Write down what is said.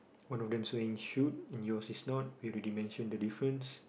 one of them is wearing shoes and yours is not we already mentioned the difference